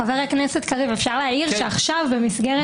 חבר הכנסת קריב, אפשר להעיר שעכשיו בהמשך